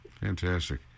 Fantastic